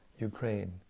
Ukraine